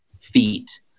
feet